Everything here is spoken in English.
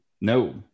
No